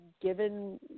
given